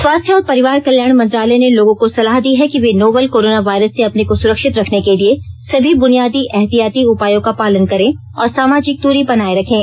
स्वास्थ्य और परिवार कल्याण मंत्रालय ने लोगों को सलाह दी है कि वे नोवल कोरोना वायरस से अपने को सुरक्षित रखने के लिए सभी बुनियादी एहतियाती उपायों का पालन करें और सामाजिक दूरी बनाए रखें